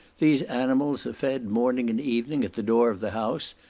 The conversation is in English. these animals are fed morning and evening at the door of the house,